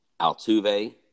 Altuve